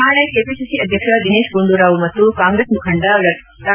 ನಾಳೆ ಕೆಪಿಸಿಸಿ ಅಧ್ಯಕ್ಷ ದಿನೇತ್ ಗುಂಡೂರಾವ್ ಮತ್ತು ಕಾಂಗ್ರೆಸ್ ಮುಖಂಡ ಡಾ